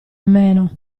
meno